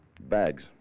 Bags